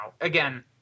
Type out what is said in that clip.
again